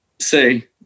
say